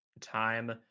time